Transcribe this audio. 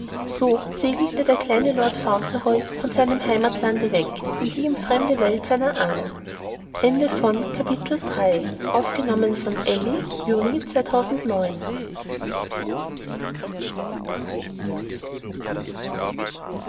so segelte der kleine lord fauntleroy von seinem heimatlande weg in die ihm fremde welt seiner ahnen